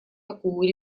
такую